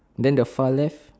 then the far left